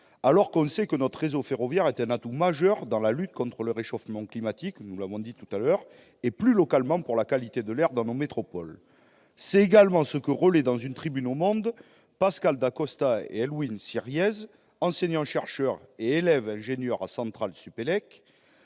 alors que nous savons que notre réseau ferroviaire est un atout majeur dans la lutte contre le réchauffement climatique- nous l'avons dit tout à l'heure -et, plus localement, pour la qualité de l'air dans nos métropoles. C'est également ce qu'expliquent, dans une tribune au, Pascal da Costa et Elwyn Sirieys, respectivement enseignant-chercheur et élève ingénieur à CentraleSupélec-